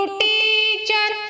teacher